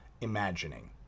imagining